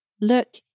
Look